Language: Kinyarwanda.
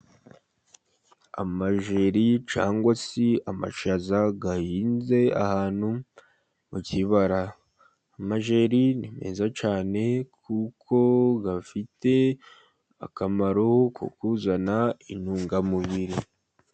Amajyeri cyangwa se amashaza ahinze ahantu mu kibara. Amajyeri ni meza cyane, kuko afite akamaro ko kuzana intungamubiri.